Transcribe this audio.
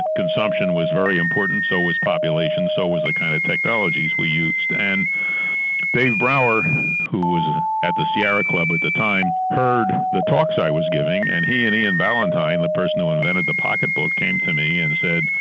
consumption was very important, so was population, so was the kind of technologies we used. and david brower who was ah at the sierra club at the time, heard the talks i was giving and he and ian ballantine, the person who invented the pocketbook, came to me and said,